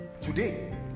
Today